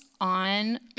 on